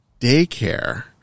daycare